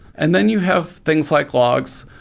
and then you have things like logs,